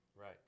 Right